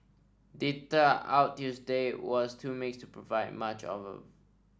data out Tuesday was too mixed to provide much of